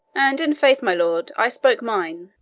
and in faith, my lord, i spoke mine.